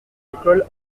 écoles